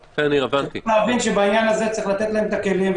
בעניין הזה יש לתת להם את הכלים,